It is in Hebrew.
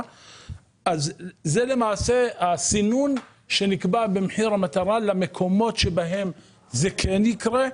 זה למעשה הסינון שנקבע במחיר המטרה למקומות בהם זה כן יקרה,